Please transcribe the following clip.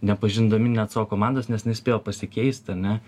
nepažindami net savo komandos nes nespėjo pasikeisti ar ne